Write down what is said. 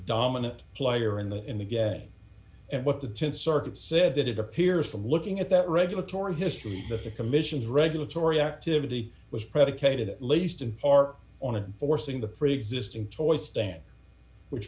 dominant player in the in the gag and what the th circuit said that it appears from looking at that regulatory history that the commission's regulatory activity was predicated at least in part on forcing the preexisting toy stand which